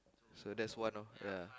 so that's one of the